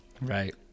Right